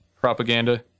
propaganda